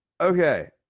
Okay